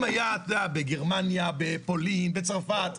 אם היה, אתה יודע, בגרמניה, בפולין, בצרפת.